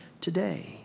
today